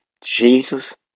Jesus